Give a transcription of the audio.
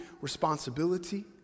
responsibility